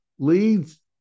leads